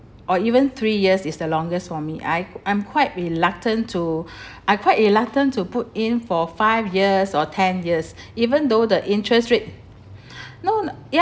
or even three years is the longest for me I I'm quite reluctant to I quite reluctant to put in for five years or ten years even though the interest rate no ya